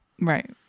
Right